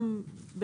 לא.